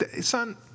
son